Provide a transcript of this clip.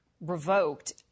revoked